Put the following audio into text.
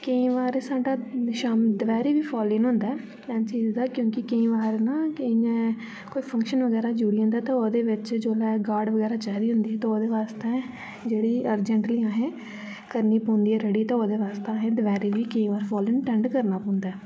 केई बार साढ़ा शाम दपैह्री बी फाल इन होंदा ऐ एन सी सी दा क्युंकि केई बार ना कियां कोई फंक्शन वगैरा जुड़ी जंदा ते ओह्दे च जोल्लै गाड बगैरा चाही दी होंदी ते ओह्दे वास्तै जेह्ड़े अरजेंटली असें करनी पौंदी ऐ रडी ते ओह्दे वास्तै असें दपैह्री बी केई बार फाल इन अटेंड करना पौंदा ऐ